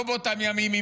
לא באותם ימים,